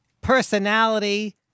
personality